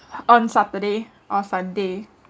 on saturday or sunday